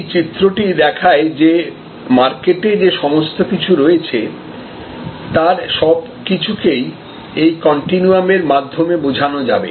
এই চিত্রটি দেখায় যে মার্কেটে যে সমস্ত কিছু রয়েছে তার সবকিছুকেই এই কন্টিনুয়াম এর মাধ্যমে বোঝানো যাবে